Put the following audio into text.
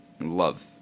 love